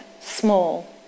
small